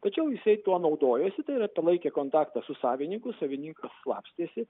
tačiau jisai tuo naudojosi tai yra palaikė kontaktą su savininkų savininkas slapstėsi